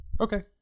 Okay